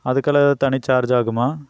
அதுக்கெல்லாம் எதுவும் தனி சார்ஜ் ஆகுமா